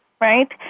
right